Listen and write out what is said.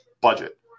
budget